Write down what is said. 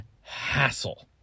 hassle